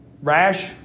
rash